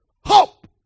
hope